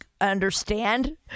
understand